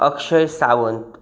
Akshay Sawant